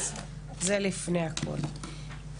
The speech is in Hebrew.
אז זה לפני הכל.